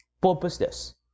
Purposeless